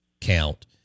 count